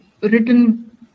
written